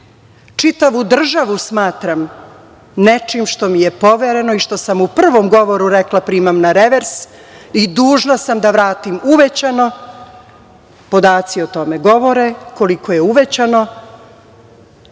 čitavu državu smatram nečim što mi je povereno i što sam u prvom govoru rekla, primam na revers, i dužna sam da vratim uvećano, sad podaci već o tome govore, koliko je uvećano